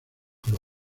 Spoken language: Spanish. club